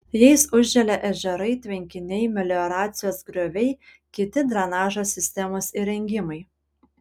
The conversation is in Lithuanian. jais užželia ežerai tvenkiniai melioracijos grioviai kiti drenažo sistemos įrengimai